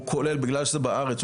בגלל שזה בארץ,